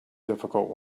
difficult